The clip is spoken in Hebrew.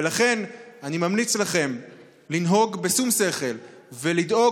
ולכן אני ממליץ לכם לנהוג בשום שכל ולדאוג